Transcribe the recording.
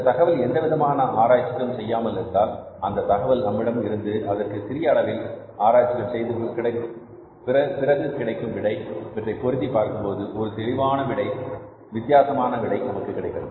இந்த தகவல் எந்தவிதமான ஆராய்ச்சிக்கும் செய்யாமல் இருந்தால் அந்த தகவல் நம்மிடம் இருந்து அதற்கு சிறிய அளவில் ஆராய்ச்சிகள் செய்தபின்னர் கிடைக்கும் விடை இவற்றை பொருத்திப் பார்க்கும்போது ஒரு தெளிவான விடை வித்தியாசமான விடை நமக்கு கிடைக்கிறது